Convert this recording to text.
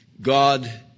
God